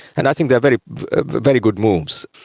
and i think they're very very good moves.